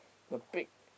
the pig